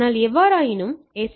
ஆனாலும் எவ்வாறாயினும்எஸ்